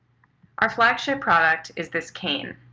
our flagship product is this cane.